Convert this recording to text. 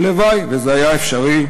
הלוואי שזה היה אפשרי.